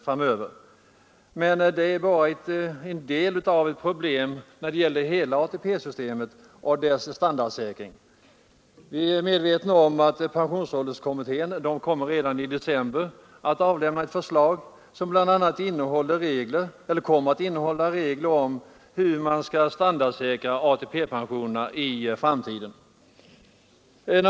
Detta utgör emellertid bara ett av problemen när det gäller hela ATP-systemet och dess standardsäkring. Vi är medvetna om att pensionsålderskommittén redan i december i år kommer att lämna ett förslag som bl.a. innehåller regler om hur man skall standardsäkra ATP-pensionerna i framtiden.